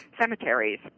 cemeteries